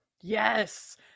Yes